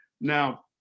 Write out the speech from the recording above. now